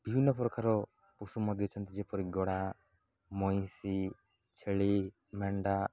ବିଭିନ୍ନ ପ୍ରକାର ପଶୁ ମଧ୍ୟ ଯେନ୍ତି ଯେପରି ଘୋଡ଼ା ମଇଁଷି ଛେଳି ମେଣ୍ଢା